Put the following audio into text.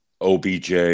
OBJ